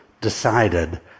decided